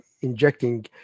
injecting